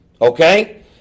Okay